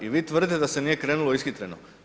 I vi tvrdite da se nije krenulo ishitreno?